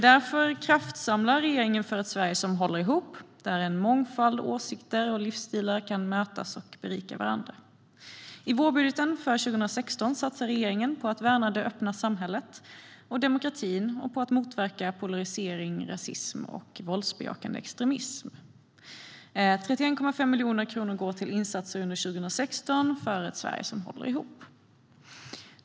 Därför kraftsamlar regeringen för ett Sverige som håller ihop, där en mångfald åsikter och livsstilar kan mötas och berika varandra. I vårbudgeten för 2016 satsar regeringen på att värna det öppna samhället och demokratin och på att motverka polarisering, rasism och våldsbejakande extremism. Under 2016 går 31,5 miljoner kronor till insatser för ett Sverige som håller ihop.